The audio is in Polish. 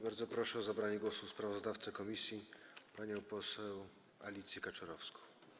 Bardzo proszę o zabranie głosu sprawozdawcę komisji panią poseł Alicję Kaczorowską.